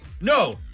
No